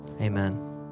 Amen